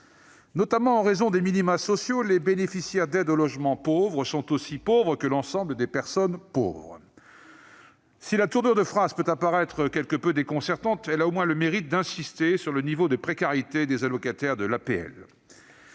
notamment en raison des minima sociaux, les bénéficiaires d'aides au logement pauvres sont aussi pauvres que l'ensemble des personnes pauvres ». Si la tournure de phrase peut paraître quelque peu déconcertante, elle a au moins le mérite d'insister sur le niveau de précarité des allocataires des APL.